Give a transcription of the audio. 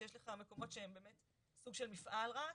שיש לך מקומות שהם באמת סוג של מפעל רק,